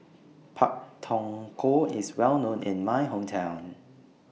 Pak Thong Ko IS Well known in My Hometown